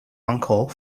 uncle